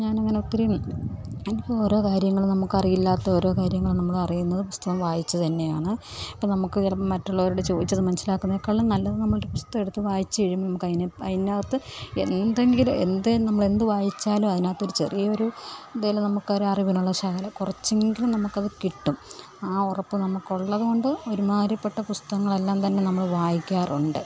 ഞാൻ അങ്ങനെ ഒത്തിരിയും എനിക്ക് ഓരോ കാര്യങ്ങൾ നമുക്ക് അറിയില്ലാത്ത ഓരോ കാര്യങ്ങൾ നമ്മൾ അറിയുന്നത് പുസ്തകം വായിച്ചു തന്നെയാണ് അപ്പം നമ്മൾക്ക് വേറെ മറ്റുള്ളവരോട് ചോദിച്ച് അത് മനസ്സിലാക്കുന്നതിനേക്കാളും നല്ലത് നമ്മൾ ഒരു പുസ്തകമെടുത്ത് വായിച്ചു കഴിയുമ്പം നമുക്ക് അതിനകത്ത് എന്തെങ്കിലും എന്ത് നമ്മൾ എന്ത് വായിച്ചാലും അതിനകത്ത് ഒരു ചെറിയ ഒരു എന്തെങ്കിലും നമുക്ക് ഒരു അറിവിനുള്ള ശകലം കുറച്ചെങ്കിലും നമ്മൾക്ക് അത് കിട്ടും ആ ഉറപ്പ് നമ്മൾക്ക് ഉള്ളത് കൊണ്ട് ഒരുമാതിരിപ്പെട്ട പുസ്തകങ്ങളെല്ലാം തന്നെ നമ്മൾ വായിക്കാറുണ്ട്